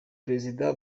perezida